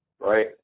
Right